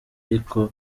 ariko